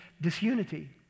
disunity